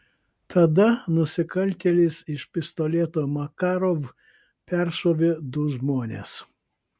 tada nusikaltėlis iš pistoleto makarov peršovė du žmones